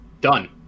done